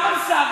גם על שר,